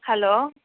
hello